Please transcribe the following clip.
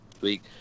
week